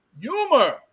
Humor